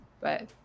But-